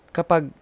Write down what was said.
Kapag